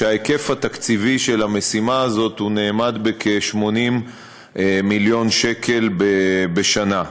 וההיקף התקציבי של המשימה הזאת נאמד ב-80 מיליון שקל בשנה.